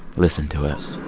listen to it.